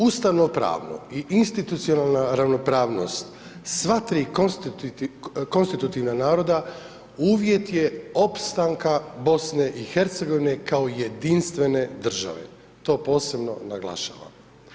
Ustavno pravo i institucijalna ravnopravnost sva tri konstitutivna naroda uvjet je opstanka BiH kao jedinstvene države, to posebno naglašavam.